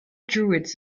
druids